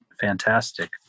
fantastic